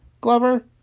Glover